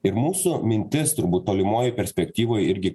ir mūsų mintis turbūt tolimoj perspektyvoj irgi